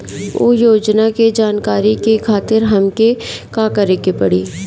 उ योजना के जानकारी के खातिर हमके का करे के पड़ी?